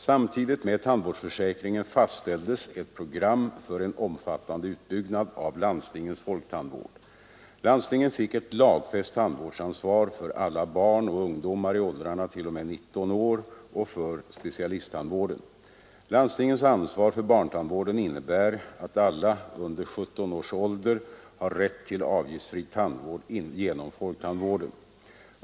Samtidigt med tandvårdsförsäkringen fastställdes ett program för en omfattande utbyggnad av landstingens folktandvård. Landstingen fick ett lagfäst tandvårdsansvar för alla barn och ungdomar i åldrarna t.o.m. 19 år och för specialisttandvården. Landstingens ansvar för barntandvården innebär att alla under 17 års ålder har rätt till avgiftsfri tandvård genom folktandvården.